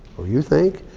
or you think.